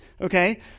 okay